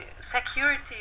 security